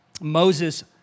Moses